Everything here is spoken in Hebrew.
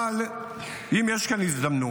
אבל אם יש כאן הזדמנות,